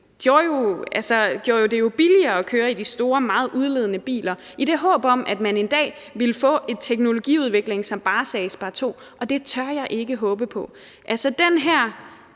gjorde det jo billigere at køre i de store og meget udledende biler i det håb om, at man en dag ville få en teknologiudvikling, som bare sagde sparto, og det tør jeg ikke håbe på. Den her